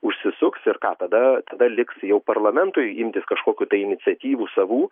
užsisuks ir ką tada tada liks jau parlamentui imtis kažkokių tai iniciatyvų savų